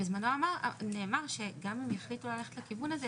בזמנו נאמר שגם אם יחליטו ללכת לכיוון הזה,